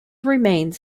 remains